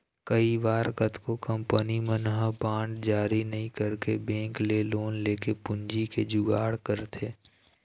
कई बार कतको कंपनी मन ह बांड जारी नइ करके बेंक ले लोन लेके पूंजी के जुगाड़ करथे